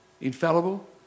infallible